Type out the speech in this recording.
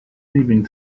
leaving